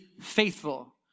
faithful